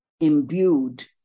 imbued